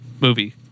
movie